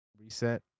reset